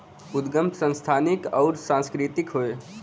उदगम संस्थानिक अउर सांस्कृतिक हौ